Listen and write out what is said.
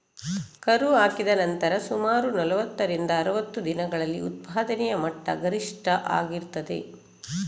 ಕರು ಹಾಕಿದ ನಂತರ ಸುಮಾರು ನಲುವತ್ತರಿಂದ ಅರುವತ್ತು ದಿನಗಳಲ್ಲಿ ಉತ್ಪಾದನೆಯ ಮಟ್ಟ ಗರಿಷ್ಠ ಆಗಿರ್ತದೆ